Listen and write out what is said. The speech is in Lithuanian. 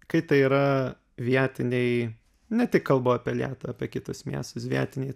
kai tai yra vietiniai ne tik kalbu apie lietuvą apie kitus miestus vietiniai